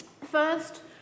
First